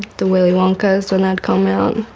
the willy wonka's when they'd come out. it